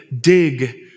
dig